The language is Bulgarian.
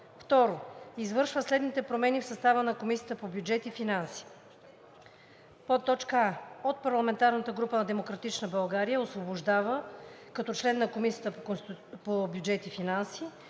2. Извършва следните промени в състава на Комисията по бюджет и финанси: а) от парламентарната група на „Демократична България“ освобождава … като член на Комисията по бюджет и финанси;